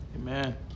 Amen